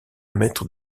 mètre